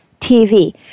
TV